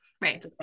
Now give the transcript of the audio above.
Right